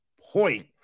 point